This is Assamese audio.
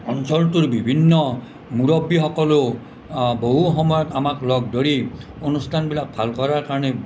অঞ্চলটোৰ বিভিন্ন মুৰব্বীসকলেও বহু সময়ত আমাক লগ ধৰি অনুষ্ঠানবিলাক ভাল কৰাৰ কাৰণে